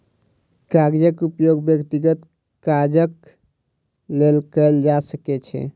कागजक उपयोग व्यक्तिगत काजक लेल कयल जा सकै छै